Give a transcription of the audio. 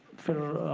for,